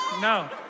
No